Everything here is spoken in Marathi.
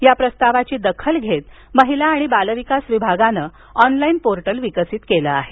या प्रस्तावाची दाखल घेत महिला आणि बालविकास विभागानं ऑनलाईन पोर्टल विकसित केलं आहे